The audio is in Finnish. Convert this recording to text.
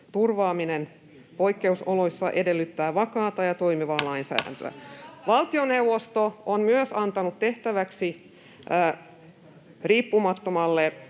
turvaaminen poikkeusoloissa edellyttää vakaata ja toimivaa lainsäädäntöä.” Valtioneuvosto on myös antanut tehtäväksi riippumattomalle